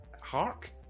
Hark